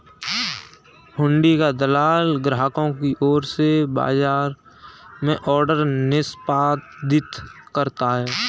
हुंडी का दलाल ग्राहकों की ओर से बाजार में ऑर्डर निष्पादित करता है